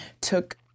took